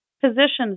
positions